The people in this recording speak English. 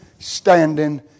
standing